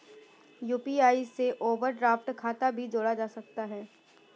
UPI से overdraft खाता भी जोड़ा जा सकता है